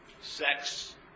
Sex